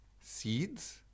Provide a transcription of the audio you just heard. seeds